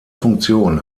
funktion